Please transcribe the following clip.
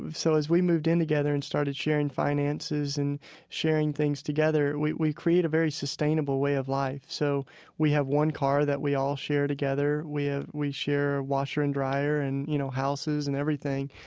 so as we moved in together and started sharing finances and sharing things together, we we create a very sustainable way of life. so we have one car that we all share together, we ah we share a washer and dryer and you know houses and everything.